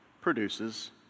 produces